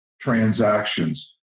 transactions